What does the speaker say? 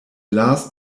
last